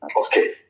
okay